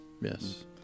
Yes